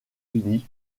unis